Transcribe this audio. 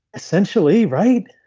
essentially, right?